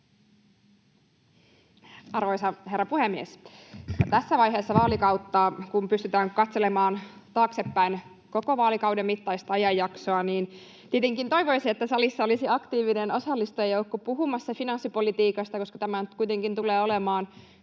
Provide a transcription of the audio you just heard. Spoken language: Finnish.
Arvoisa herra puhemies! Tässä vaiheessa vaalikautta, kun pystytään katselemaan taaksepäin koko vaalikauden mittaista ajanjaksoa, tietenkin toivoisi, että salissa olisi aktiivinen osallistujajoukko puhumassa finanssipolitiikasta, koska tämä nyt kuitenkin tulee olemaan